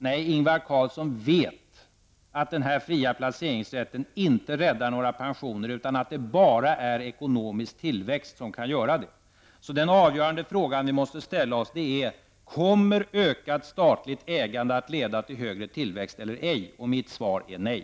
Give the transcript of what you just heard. Nej, Ingvar Carlsson vet att den fria placeringsrätten inte räddar några pensioner utan att det bara är ekonomisk tillväxt som kan göra det. Den avgörande frågan som vi måste ställa oss är: Kommer ökat statligt ägande att leda till högre tillväxt eller ej? Mitt svar är nej.